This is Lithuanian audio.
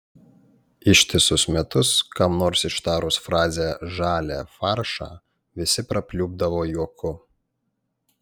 ištisus metus kam nors ištarus frazę žalią faršą visi prapliupdavo juoku